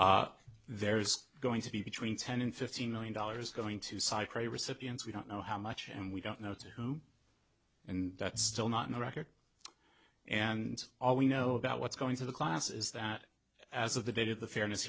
there is going to be between ten and fifteen million dollars going to psych ray recipients we don't know how much and we don't know to whom and that's still not in the record and all we know about what's going to the clients is that as of the day did the fairness